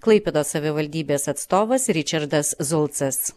klaipėdos savivaldybės atstovas ričardas zulcas